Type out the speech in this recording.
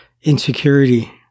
insecurity